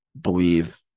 believe